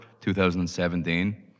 2017